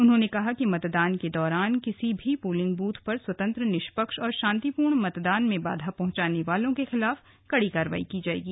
उन्होंने कहा कि मतदान के दौरान किसी भी पोलिंग बूथ पर स्वतंत्र निष्पक्ष और शांतिपूर्ण मतदान में बाधा पहुंचाने वालों के खिलाफ कड़ी कार्रवाई की जाएगी